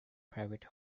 private